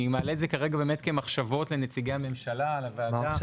אני מעלה את זה כמחשבות לנציגי הממשלה ולוועדה,